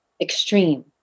extreme